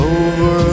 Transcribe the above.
over